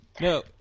no